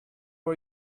are